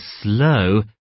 Slow